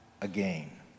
again